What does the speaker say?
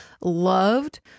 loved